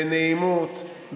בנעימות,